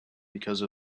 because